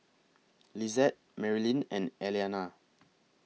Lisette Marylin and Elliana